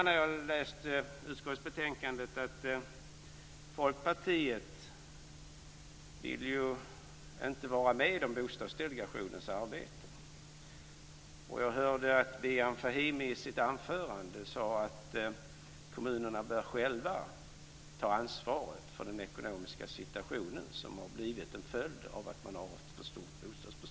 Jag har läst utskottsbetänkandet och måste konstatera att Folkpartiet inte vill vara med i Bostadsdelegationens arbete. Jag hörde Bijan Fahimi i sitt anförande säga att kommunerna själva bör ta ansvaret för den ekonomiska situation som är en följd av ett för stort bostadsbestånd.